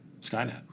Skynet